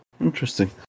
Interesting